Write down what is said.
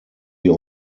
wir